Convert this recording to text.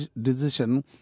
decision